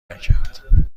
نکرد